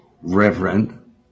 Reverend